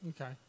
Okay